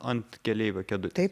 ant keleivio kėdutės